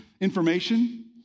information